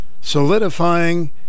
solidifying